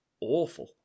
awful